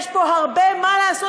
יש פה הרבה מה לעשות,